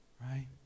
right